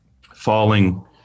falling